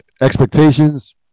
expectations